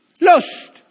Lost